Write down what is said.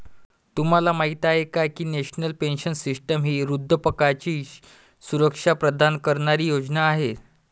तुम्हाला माहिती आहे का की नॅशनल पेन्शन सिस्टीम ही वृद्धापकाळाची सुरक्षा प्रदान करणारी योजना आहे